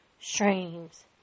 Streams